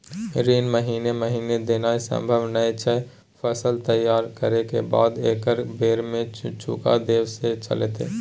ऋण महीने महीने देनाय सम्भव नय छै, फसल तैयार करै के बाद एक्कै बेर में चुका देब से चलते?